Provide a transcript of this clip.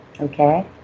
okay